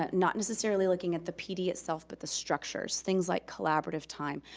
not necessarily looking at the pd itself, but the structures. things like collaborative time,